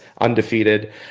undefeated